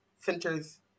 centers